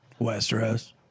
Westeros